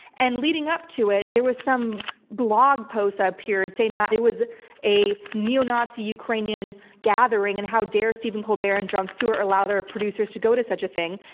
and leading up to it, there was some blog post that ah appeared, saying that it was a neo-nazi ukrainian gathering and how dare stephen colbert and jon stewart allow their producers to go to such a thing?